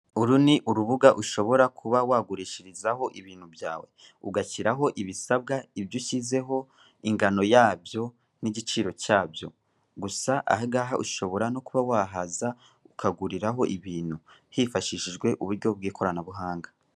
Uru ni urubuga ushobora kuba wagurishirizaho ibintu byawe, ugashyiraho ibisabwa ibyo ushyizeho ingano yabyo n'igiciro cyabyo, gusa aha ngaho ushobora no kuba wahaza ukaguriraho ibintu hifashishijwe uburyo bw'ikoranabuhanga.